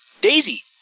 Daisy